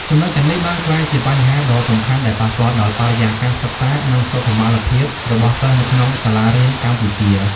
ចំណុចទាំងនេះបានក្លាយជាបញ្ហាដ៏សំខាន់ដែលប៉ះពាល់ដល់បរិយាកាសសិក្សា និងសុខុមាលភាពរបស់សិស្សនៅក្នុងសាលារៀនកម្ពុជា។